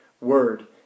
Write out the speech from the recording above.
word